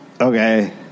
Okay